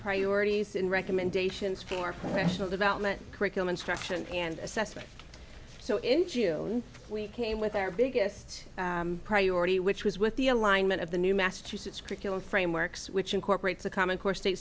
priorities in recommendations for professional development curriculum instruction and assessment so in june we came with our biggest priority which was with the alignment of the new massachusetts curriculum frameworks which incorporates a common core state